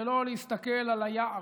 שלא להסתכל על היער,